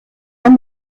man